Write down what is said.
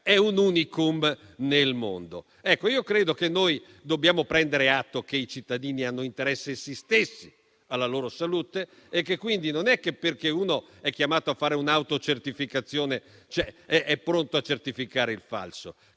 un *unicum* nel mondo. Credo che dobbiamo prendere atto che i cittadini hanno interesse essi stessi alla loro salute e che quindi non è che perché uno è chiamato a fare un'autocertificazione significhi che è pronto a certificare il falso.